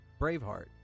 Braveheart